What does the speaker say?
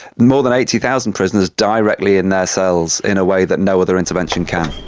more than eighty thousand prisoners directly in their cells in a way that no other intervention can.